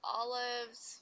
olives